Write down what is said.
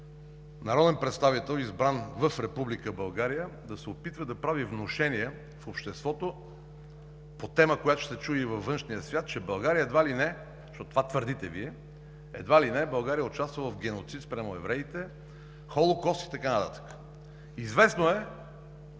народен представител, избран в Република България, да се опитва да прави внушения в обществото по тема, която ще се чуе и във външния свят, че България едва ли не, защото това твърдите Вие, участва в геноцид спрямо евреите, Холокоста и така нататък? Известно е,